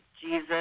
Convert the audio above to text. Jesus